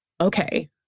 okay